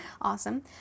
Awesome